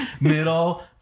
middle